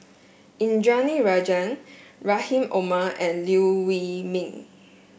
Indranee Rajah Rahim Omar and Liew Wee Mee